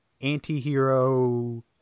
anti-hero